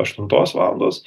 aštuntos valandos